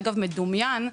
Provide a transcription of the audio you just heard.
אגב מדומיין,